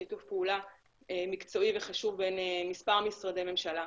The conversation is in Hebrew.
שיתוף פעולה מקצועי וחשוב בין מספר משרדי ממשלה.